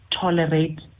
Tolerate